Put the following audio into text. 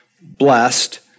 blessed